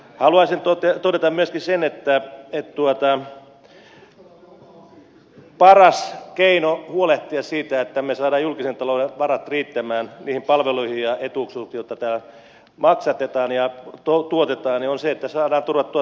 haluaisin todeta myös sen että paras keino huolehtia siitä että me saamme julkisen talouden varat riittämään niihin palveluihin ja etuisuuksiin jotka täällä maksatetaan ja tuotetaan on se että saadaan turvattua työllisyyttä